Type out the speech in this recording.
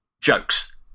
jokes